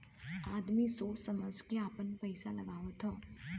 आदमी सोच समझ के आपन पइसा लगावत हौ